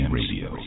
radio